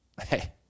Hey